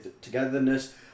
togetherness